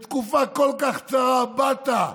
בתקופה כל כך קצרה באת,